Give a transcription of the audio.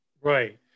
Right